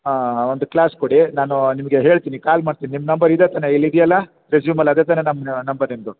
ಹಾಂ ಒಂದು ಕ್ಲಾಸ್ ಕೊಡಿ ನಾನು ನಿಮಗೆ ಹೇಳ್ತೀನಿ ಕಾಲ್ ಮಾಡ್ತೀನಿ ನಿಮ್ಮ ನಂಬರ್ ಇದೇ ತಾನೆ ಇಲ್ಲಿ ಇದೆಯಲ್ಲ ರೆಸ್ಯೂಮಲ್ಲಿ ಅದೇ ತಾನೆ ನಂಬರ್ ನಿಮ್ಮದು